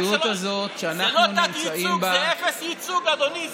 זה לא תת-ייצוג, זה אפס ייצוג, אדוני.